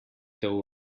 teu